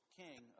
king